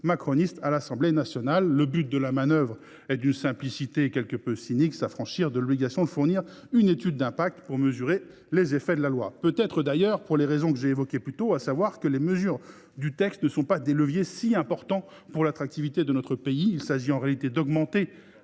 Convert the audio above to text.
à l’Assemblée nationale. Le but de cette manœuvre est d’une simplicité quelque peu cynique : il s’agit de s’affranchir de l’obligation de fournir une étude d’impact pour mesurer les effets de la loi. Peut être d’ailleurs que les raisons de cette manœuvre sont celles que j’ai évoquées plus tôt, à savoir que les dispositions du texte ne sont pas des leviers si importants pour l’attractivité de notre pays. Il s’agit en réalité d’augmenter